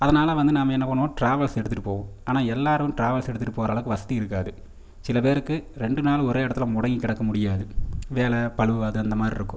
அதனால் வந்து நாம் என்ன பண்ணுவோம் டிராவல்ஸ் எடுத்துட்டு போவோம் ஆனால் எல்லோரும் டிராவல்ஸ் எடுத்துட்டு போகிற அளவுக்கு வசதி இருக்காது சில பேருக்கு ரெண்டு நாள் ஒரே இடத்துல முடங்கி கிடக்க முடியாது வேலை பளு அது அந்த மாதிரி இருக்கும்